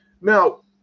Now